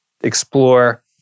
explore